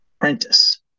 apprentice